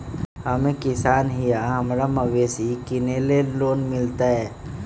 हम एक किसान हिए हमरा मवेसी किनैले लोन मिलतै?